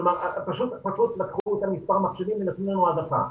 כלומר פשוט לקחו את מספר המחשבים ונתנו לנו העדפה.